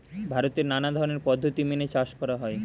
ভারতে নানা ধরনের পদ্ধতি মেনে চাষ করা হয়